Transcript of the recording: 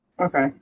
Okay